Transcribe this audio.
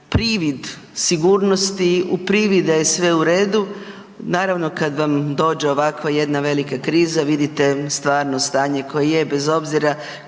privid sigurnost, u privid da je sve u redu, naravno kad vam dođe ovakva jedna velika kriza vidite stvarno stanje koje je bez obzira